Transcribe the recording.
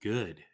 Good